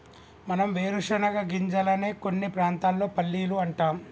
మనం వేరుశనగ గింజలనే కొన్ని ప్రాంతాల్లో పల్లీలు అంటాం